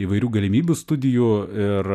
įvairių galimybių studijų ir